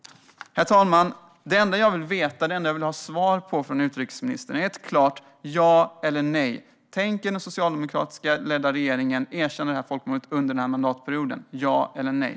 Herr talman! Det enda jag vill veta, det enda jag vill ha svar på från utrikesministern, är: Tänker den socialdemokratiskt ledda regeringen erkänna det här folkmordet under den här mandatperioden, ja eller nej?